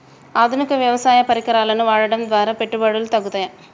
ఆధునిక వ్యవసాయ పరికరాలను వాడటం ద్వారా పెట్టుబడులు తగ్గుతయ?